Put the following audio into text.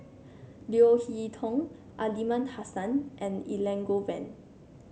Leo Hee Tong Aliman Hassan and Elangovan